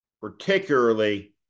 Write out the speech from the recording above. particularly